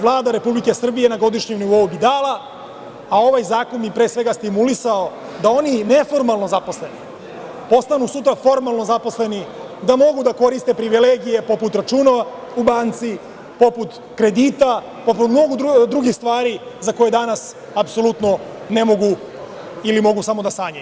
Vlada Republike Srbije bi dala 50 miliona evra na godišnjem nivou, a ovaj zakon bi pre svega stimulisao da oni neformalno zaposleni, postanu sutra formalno zaposleni, da mogu da koriste privilegije poput računa u banci, poput kredita, poput mnogih drugih stvari za koje danas apsolutno ne mogu, ili mogu samo da sanjaju.